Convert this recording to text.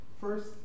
First